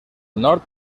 nord